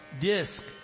disc